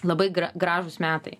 labai gražūs metai